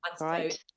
right